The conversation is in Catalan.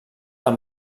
del